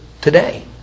today